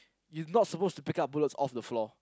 you not supposed to pick up bullets off the floor